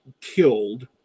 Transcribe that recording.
killed